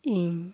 ᱤᱧ